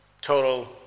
total